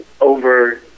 over